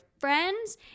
friends